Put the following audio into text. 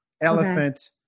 elephant